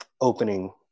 opening